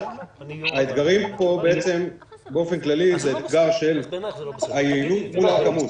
האתגר פה בעצם באופן כללי הוא אתגר של היעילות מול הכמות.